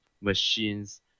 machines